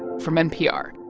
from npr